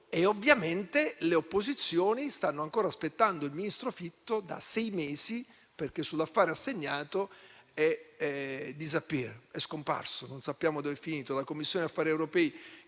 ovviamente le opposizioni stanno aspettando il ministro Fitto da sei mesi, perché sull'affare assegnato è scomparso. Non sappiamo dove sia finito. La Commissione affari europei